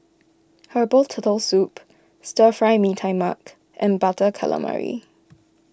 Herbal Turtle Soup Stir Fry Mee Tai Mak and Butter Calamari